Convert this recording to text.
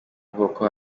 boko